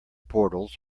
portals